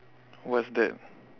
what's that